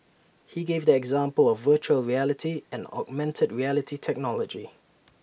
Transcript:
he gave the example of Virtual Reality and augmented reality technology